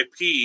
IP